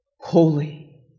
holy